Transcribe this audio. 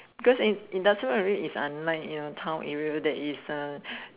because in industrial is unlike your town area that is a